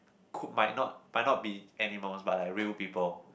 could might not might not be animals but like real people